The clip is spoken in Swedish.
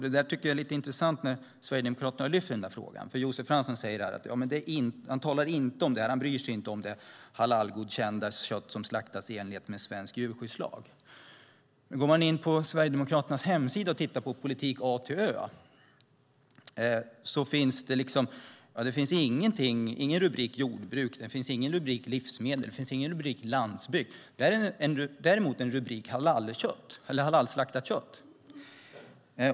Det är lite intressant när Sverigedemokraterna lyfter fram den frågan. Josef Fransson säger att han inte bryr sig om det halalgodkända kött som har slaktats i enlighet med svensk djurskyddslag. Men går man in på Sverigedemokraternas hemsida och tittar under Vår politik A till Ö ser man att det inte finns någon rubrik Jordbruk, ingen rubrik Livsmedel och ingen rubrik Landsbygd. Däremot finns rubriken Halalslakt.